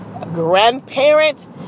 grandparents